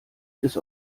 bis